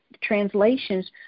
translations